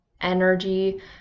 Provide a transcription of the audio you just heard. energy